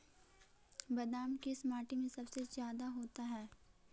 बादाम किस माटी में सबसे ज्यादा होता है?